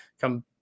come